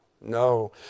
no